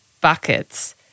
buckets